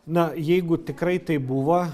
na jeigu tikrai taip buvo